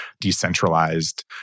decentralized